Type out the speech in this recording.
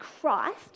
Christ